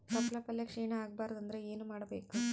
ತೊಪ್ಲಪಲ್ಯ ಕ್ಷೀಣ ಆಗಬಾರದು ಅಂದ್ರ ಏನ ಮಾಡಬೇಕು?